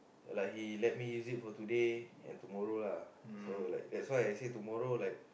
like he let me use it for today and tomorrow lah so that's why I say tomorrow like